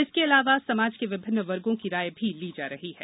इसके अलावा समाज के विभिन्न वर्गो की राय भी ली जा रही है